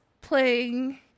playing